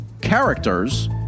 characters